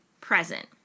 present